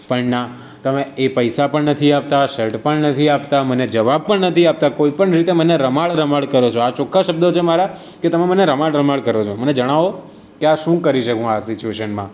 પણ ના તમે એ પૈસા પણ નથી આપતા શર્ટ પણ નથી આપતા મને જવાબ પણ નથી આપતા કોઈ પણ રીતે મને રમાડ રમાડ કરો છો આ ચોખ્ખા શબ્દો છે મારા કે તમે મને રમાડ રમાડ કરો છો મને જણાવો કે આ શું કરી શકું આ સિચુએશનમાં